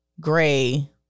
Gray